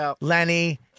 Lenny